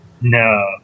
No